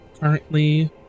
currently